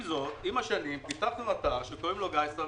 עם השנים פיתחנו אתר שנקרא "גיידסטר".